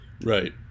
Right